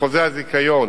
בחוזה הזיכיון